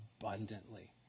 abundantly